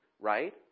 Right